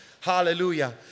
Hallelujah